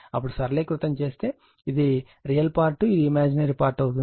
అప్పుడు సరళీకృతం చేస్తే ఇది రియల్ పార్ట్ మరియు ఇది ఇమాజినరీ పార్ట్ అవుతాయి